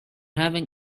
having